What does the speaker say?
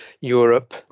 Europe